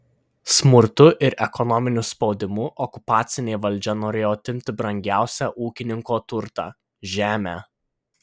smurtu ir ekonominiu spaudimu okupacinė valdžia norėjo atimti brangiausią ūkininko turtą žemę